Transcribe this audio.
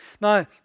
Now